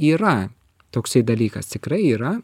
yra toksai dalykas tikrai yra